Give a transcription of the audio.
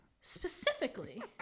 Specifically